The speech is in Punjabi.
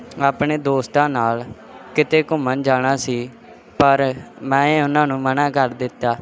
ਆਪਣੇ ਦੋਸਤਾਂ ਨਾਲ ਕਿਤੇ ਘੁੰਮਣ ਜਾਣਾ ਸੀ ਪਰ ਮੈਂ ਉਹਨਾਂ ਨੂੰ ਮਨ੍ਹਾਂ ਕਰ ਦਿੱਤਾ